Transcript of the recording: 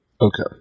Okay